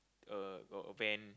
uh a van